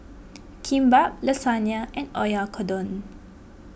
Kimbap Lasagna and Oyakodon